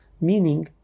meaning